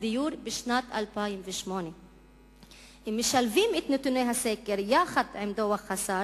דיור בשנת 2008. אם משלבים את נתוני הסקר עם דוח השר